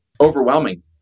overwhelming